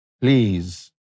please